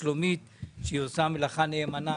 נמצאת כאן שלומית ארליך שעושה מלאכה נאמנה.